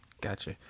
Gotcha